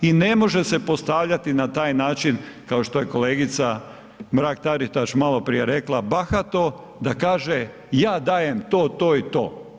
I ne može se postavljati na taj način kao što je kolegica Mrak Taritaš malo prije rekla, bahato, da kaže ja dajem to, to i to.